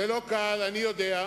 זה לא קל, אני יודע.